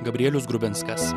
gabrielius grubinskas